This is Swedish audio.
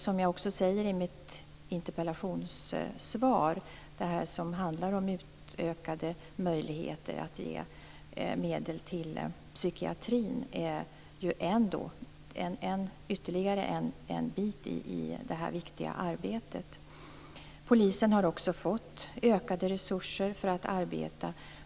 Som jag också säger i mitt interpellationssvar är utökade möjligheter att ge medel till psykiatrin ytterligare en del i detta viktiga arbete. Polisen har fått ökade resurser för att arbeta med detta.